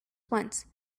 once